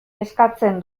eskatzen